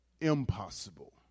impossible